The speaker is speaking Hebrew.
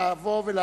תועבר לאיזו ועדה